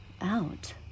Out